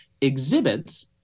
exhibits